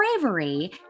bravery